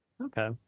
Okay